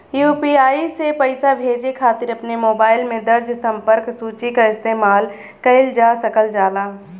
UPI से पइसा भेजे खातिर अपने मोबाइल में दर्ज़ संपर्क सूची क इस्तेमाल कइल जा सकल जाला